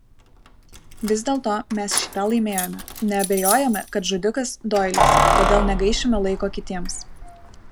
vis dėlto mes šį tą laimėjome nebeabejojame kad žudikas doilis todėl negaišime laiko kitiems